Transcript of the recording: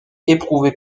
éprouvé